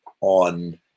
on